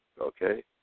okay